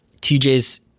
TJ's